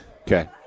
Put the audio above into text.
okay